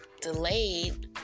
delayed